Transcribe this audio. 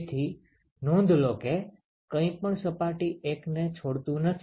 તેથી નોંધ લો કે કઈ પણ સપાટી 1 ને છોડતુ નથી